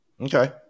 Okay